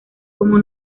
como